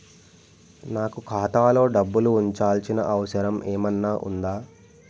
నాకు ఖాతాలో డబ్బులు ఉంచాల్సిన అవసరం ఏమన్నా ఉందా?